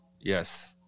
Yes